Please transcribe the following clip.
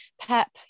pep